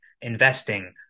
investing